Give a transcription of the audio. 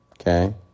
Okay